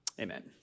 Amen